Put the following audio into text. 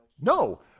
No